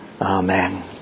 Amen